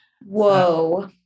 Whoa